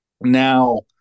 Now